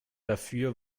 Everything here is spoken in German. dafür